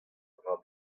dra